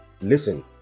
Listen